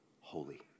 Holy